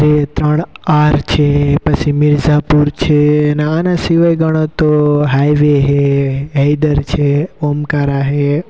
પ્રે ત્રણ આર છે પછી મિરઝાપૂર છે અને આના સિવાય ગણોતો હાઇવે છે હૈદર છે ઓમકારા છે